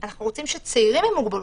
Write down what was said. אנחנו רוצים שגם צעירים ייכנסו.